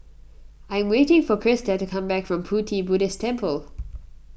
I am waiting for Krista to come back from Pu Ti Buddhist Temple